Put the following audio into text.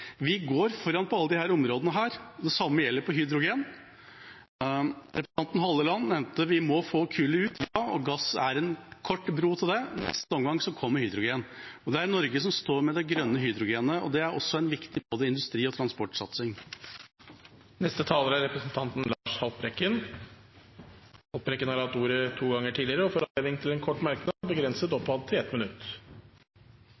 Vi går foran på alle disse områdene. Det samme gjelder hydrogen. Representanten Halleland nevnte at vi må få kullet ut – ja, og gass er en kort bro til det. I neste omgang kommer hydrogen. Det er Norge som står med det grønne hydrogenet, og det er også en viktig både industrisatsing og transportsatsing. Representanten Lars Haltbrekken har hatt ordet to ganger tidligere og får ordet til en kort merknad, begrenset